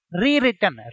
rewritten